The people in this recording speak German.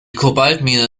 kobaltmine